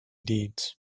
deeds